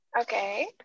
Okay